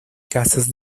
casas